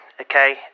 okay